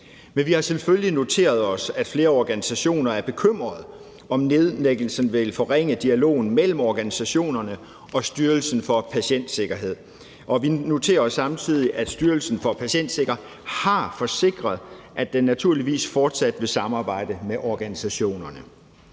Men vi har selvfølgelig noteret os, at flere organisationer er bekymrede for, om nedlæggelsen vil forringe dialogen mellem organisationerne og Styrelsen for Patientsikkerhed, og vi noterer os samtidig, at Styrelsen for Patientsikkerhed har forsikret, at den naturligvis fortsat vil samarbejde med organisationerne.